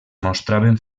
mostraven